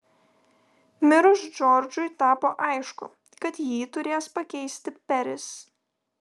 mirus džordžui tapo aišku kad jį turės pakeisti peris